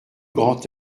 grand